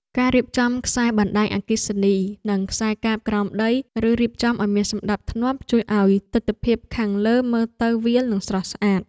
ការរៀបចំខ្សែបណ្តាញអគ្គិសនីនិងខ្សែកាបក្រោមដីឬរៀបចំឱ្យមានសណ្តាប់ធ្នាប់ជួយឱ្យទិដ្ឋភាពខាងលើមើលទៅវាល និងស្រស់ស្អាត។